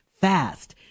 fast